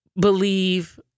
believe